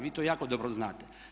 Vi to jako dobro znate.